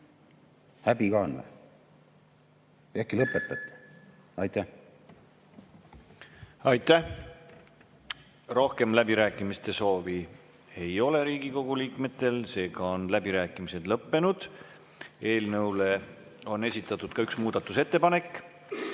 Häbi ka on või? Äkki lõpetate? Aitäh! Aitäh! Rohkem läbirääkimiste soovi ei ole Riigikogu liikmetel, seega on läbirääkimised lõppenud. Eelnõu kohta on esitatud ka üks muudatusettepanek.